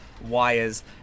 wires